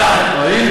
ראינו,